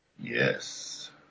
yes